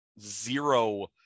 zero